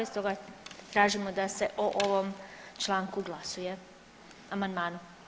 Stoga tražimo da se o ovom članku glasuje, amandmanu.